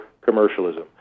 commercialism